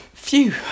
Phew